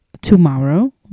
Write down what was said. tomorrow